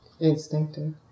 Instinctive